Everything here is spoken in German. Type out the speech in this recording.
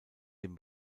dem